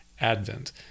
Advent